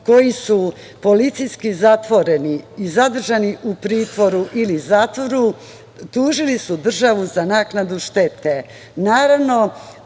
koji su policijski zatvoreni i zadržani u pritvoru ili zatvoru, tužili su državu za naknadu štete.